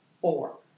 four